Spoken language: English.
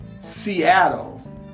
Seattle